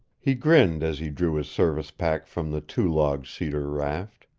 he grinned as he drew his service pack from the two-log cedar raft.